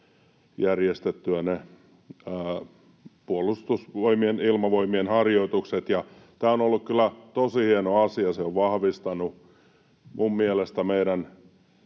järjestettyä ne Puolustusvoimien, Ilmavoimien, harjoitukset, ja tämä on ollut kyllä tosi hieno asia. Se on vahvistanut minun mielestäni meidän